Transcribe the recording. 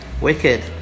Wicked